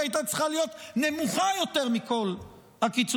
היה צריך להיות נמוך יותר מכל הקיצוצים,